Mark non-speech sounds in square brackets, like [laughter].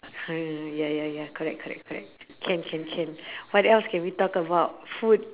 [noise] ya ya ya correct correct correct can can can what else can we talk about food